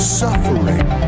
suffering